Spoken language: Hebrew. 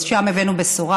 אז שם הבאנו בשורה,